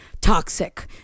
toxic